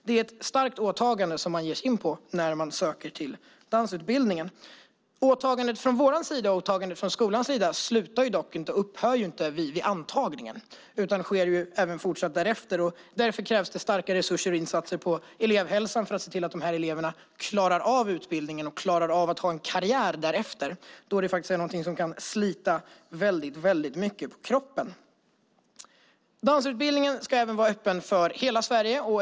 Det är ett starkt åtagande man ger sig in på när man söker till dansarutbildningen. Åtagandet från vår och skolans sida slutar och upphör dock inte vid antagningen, utan sker även fortsatt därefter. Därför krävs det starka resurser och insatser när det gäller elevhälsan för att se till att eleverna klarar av utbildningen och klarar av en karriär därefter. Dansen är någonting som kan slita väldigt mycket på kroppen. Dansarutbildningen ska vara öppen för hela Sverige.